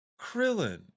Krillin